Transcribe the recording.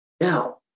Now